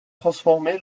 transformé